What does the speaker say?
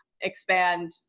expand